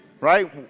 right